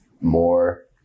more